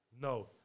No